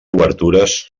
obertures